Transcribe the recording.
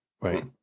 Right